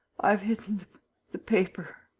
i have hidden the paper.